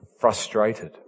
frustrated